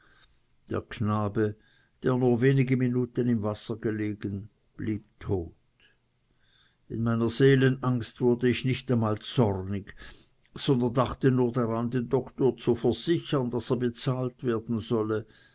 der knabe der nur wenige minuten im wasser gelegen blieb tot in meiner seelenangst wurde ich nicht einmal zornig sondern dachte nur daran den doktor zu versichern daß er bezahlt werden solle